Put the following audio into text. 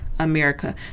America